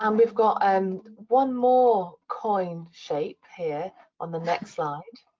um we've got and one more coin shape here on the next slide.